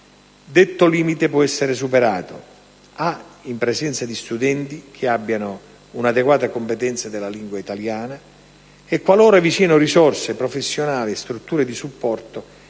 Detto limite può essere superato in presenza di studenti che abbiano un'adeguata competenza della lingua italiana; qualora vi siano risorse professionali e strutture di supporto,